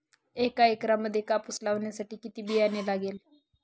एका एकरामध्ये कापूस लावण्यासाठी किती बियाणे लागेल?